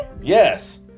Yes